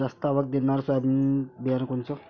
जास्त आवक देणनरं सोयाबीन बियानं कोनचं?